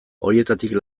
horietatik